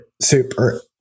super